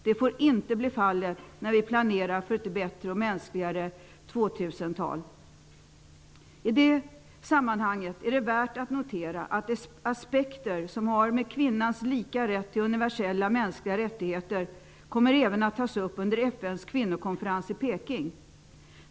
Det får inte bli fallet när vi planerar för ett bättre och mänskligare 2000-tal. I det sammanhanget är det värt att notera att aspekter som har med kvinnans lika rätt till universella mänskliga rättigheter att göra även kommer att tas upp under FN:s kvinnokonferens i Peking.